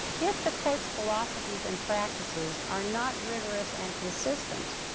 if the court's philosophies and practices are not rigorous and consistent,